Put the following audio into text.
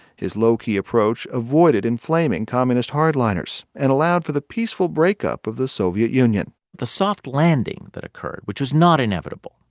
his low-key approach avoided inflaming communist hardliners and allowed for the peaceful breakup of the soviet union the soft landing that occurred, which was not inevitable,